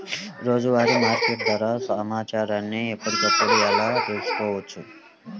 రోజువారీ మార్కెట్ ధర సమాచారాన్ని ఎప్పటికప్పుడు ఎలా తెలుసుకోవచ్చు?